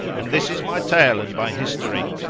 and this is my tale and my history!